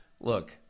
look